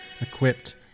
equipped